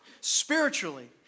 spiritually